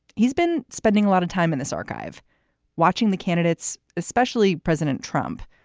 he's been spending a lot of time in this archive watching the candidates, especially president trump,